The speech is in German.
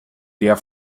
der